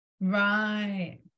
Right